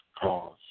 cause